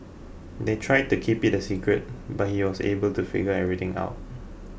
they tried to keep it a secret but he was able to figure everything out